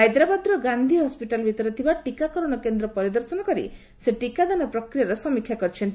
ହାଇଦ୍ରାବାଦର ଗାନ୍ଧୀ ହସ୍ୱିଟାଲ ଭିତରେ ଥିବା ଟିକାକରଣ କେନ୍ଦ୍ର ପରିଦର୍ଶନ କରି ସେ ଟିକାଦାନ ପ୍ରକ୍ରିୟାର ସମୀକ୍ଷା କରିଛନ୍ତି